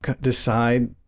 decide